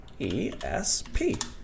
ESP